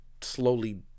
slowly